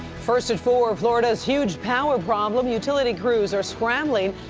first at four, florida's huge power problem. utility crews are scrambling.